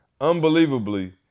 unbelievably